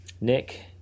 Nick